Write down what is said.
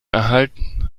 erhalten